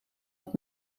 het